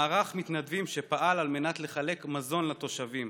מערך מתנדבים שפעל על מנת לחלק מזון לתושבים,